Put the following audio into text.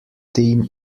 theme